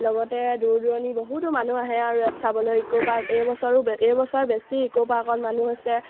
লগতে দূৰ দূৰণি বহুতো মানুহ আহে আৰু ইয়াত চাবলৈ ইক'পাৰ্ক এইবছৰো এইবছৰ বেছি ইক'পাৰ্কত মানুহ হৈছে